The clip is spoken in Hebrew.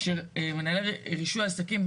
אישור של קבלת רישיון עסק.